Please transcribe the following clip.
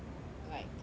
like there's no